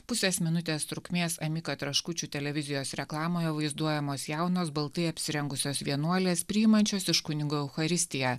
pusės minutės trukmės emika traškučių televizijos reklamoje vaizduojamos jaunos baltai apsirengusios vienuolės priimančios iš kunigo eucharistiją